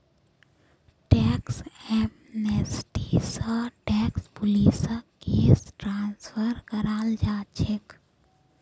tax amnesty स tax पुलिसक case transfer कराल जा छेक